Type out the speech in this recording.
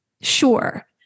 sure